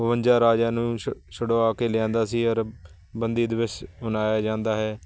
ਬਵੰਜਾ ਰਾਜਿਆਂ ਨੂੰ ਛੁ ਛੁਡਵਾ ਕੇ ਲਿਆਂਦਾ ਸੀ ਔਰ ਬੰਦੀ ਦਿਵਸ ਮਨਾਇਆ ਜਾਂਦਾ ਹੈ